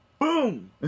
Boom